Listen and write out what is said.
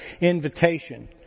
invitation